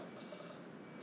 err